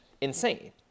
insane